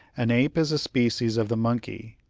an ape is a species of the monkey.